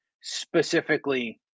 specifically